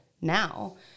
now